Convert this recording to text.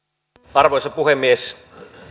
arvoisa puhemies